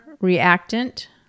reactant